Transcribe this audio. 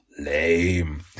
lame